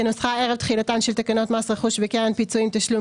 כנוסחה ערב תחילתן של תקנות מס רכוש וקרן פיצויים(תשלום